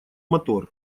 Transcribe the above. мотор